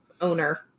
owner